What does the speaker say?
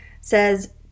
says